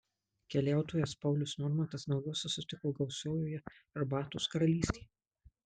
keliautojas paulius normantas naujuosius sutiko gausiojoje arbatos karalystėje